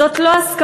זאת לא הסכמה.